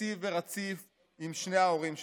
יציב ורציף עם שני ההורים שלהם.